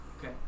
Okay